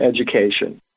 education